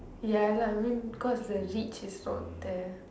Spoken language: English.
ya lah I mean cause the reach is not there